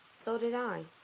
so did i,